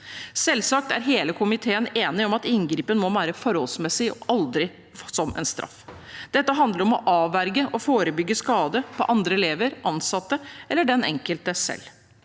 Selvsagt er hele komiteen enig om at inngripen må være forholdsmessig og aldri være en straff. Dette handler om å avverge og forebygge skade på andre elever, ansatte eller den enkelte selv.